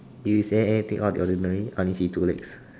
do you say anything out the ordinary I only see two legs